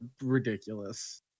ridiculous